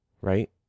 right